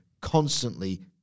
constantly